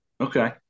Okay